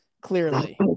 clearly